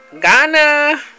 ghana